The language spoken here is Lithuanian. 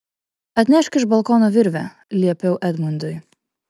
atnešk iš balkono virvę liepiau edmundui